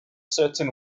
certain